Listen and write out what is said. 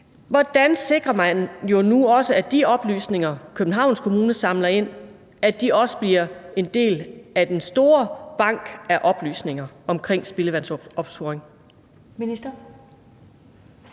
Hvordan sikrer man, at de oplysninger, som Københavns Kommune samler ind, også bliver en del af den store bank af oplysninger omkring spildevandsopsporing?